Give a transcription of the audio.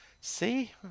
See